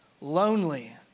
lonely